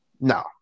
No